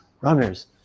runners